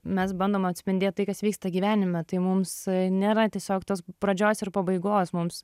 mes bandom atspindėt tai kas vyksta gyvenime tai mums nėra tiesiog tos pradžios ir pabaigos mums